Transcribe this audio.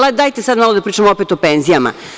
Dajte sam malo da pričamo opet o penzijama.